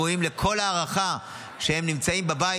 הם ראויים לכל הערכה שהם נמצאים בבית,